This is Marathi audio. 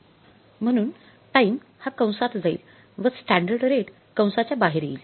म्हणून टाइम हा कंसात जाईल व स्टँडर्ड रेट कंसाच्या बाहेर येईल